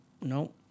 No